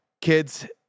Kids